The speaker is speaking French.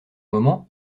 moment